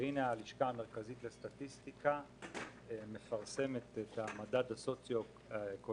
והנה הלשכה המרכזית לסטטיסטיקה מפרסמת את המדד הסוציואקונומי